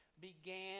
began